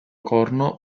corno